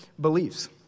beliefs